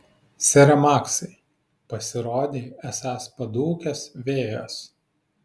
sere maksai pasirodei esąs padūkęs vėjas